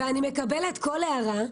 אני מקבלת את ההערה,